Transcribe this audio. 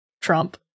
trump